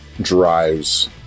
drives